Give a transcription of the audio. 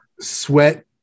sweat